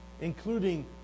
including